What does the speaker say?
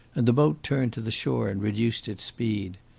and the boat turned to the shore and reduced its speed.